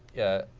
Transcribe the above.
yeah,